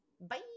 bye